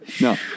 no